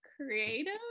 creative